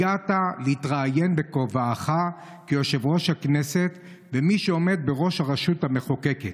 הגעת להתראיין בכובעך כיושב-ראש הכנסת ומי שעומד בראש הרשות המחוקקת.